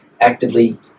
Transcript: actively